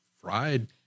fried